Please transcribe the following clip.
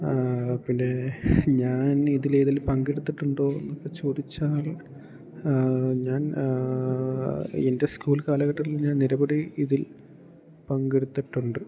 പിന്നെ ഞാൻ ഇതിലേതിൽ പങ്കെടുത്തിട്ടുണ്ടോ എന്നൊക്കെ ചോദിച്ചാൽ ഞാൻ എൻ്റെ സ്കൂൾ കാലഘട്ടത്തിൽ ഞാൻ നിരവധി ഇതിൽ പങ്കെടുത്തിട്ടുണ്ട്